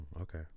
Okay